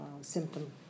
symptom